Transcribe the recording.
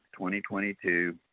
2022